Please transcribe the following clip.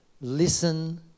Listen